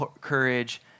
courage